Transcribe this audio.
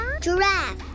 Giraffe